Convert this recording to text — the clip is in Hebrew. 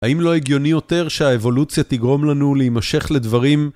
האם לא הגיוני יותר שהאבולוציה תגרום לנו להימשך לדברים?